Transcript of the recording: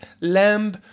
Lamb